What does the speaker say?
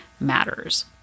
matters